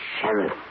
sheriff